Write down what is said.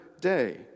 day